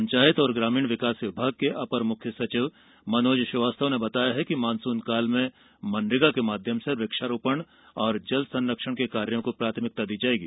पंचायत और ग्रामीण विकास विभाग के अपर मुख्य सचिव मनोज श्रीवास्तव ने बताया कि मानसून काल में मनरेगा के माध्यम से वृक्षारोपण एवं जल संरक्षण के कार्यो को प्राथमिकता दी जाएगी